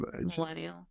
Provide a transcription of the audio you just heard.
Millennial